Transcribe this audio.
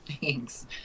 Thanks